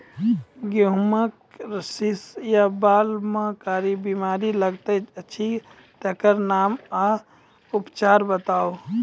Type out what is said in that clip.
गेहूँमक शीश या बाल म कारी बीमारी लागतै अछि तकर नाम आ उपचार बताउ?